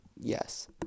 Yes